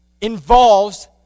involves